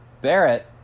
Barrett